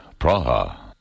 Praha